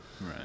Right